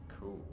Cool